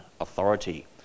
authority